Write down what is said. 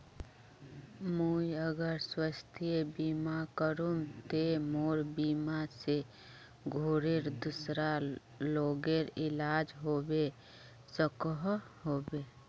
मुई अगर स्वास्थ्य बीमा करूम ते मोर बीमा से घोरेर दूसरा लोगेर इलाज होबे सकोहो होबे?